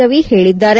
ರವಿ ಹೇಳಿದ್ದಾರೆ